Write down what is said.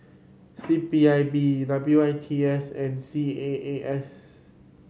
C P I B W I T S and C A A S